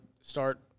start